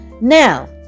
Now